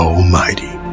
Almighty